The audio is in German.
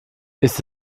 ist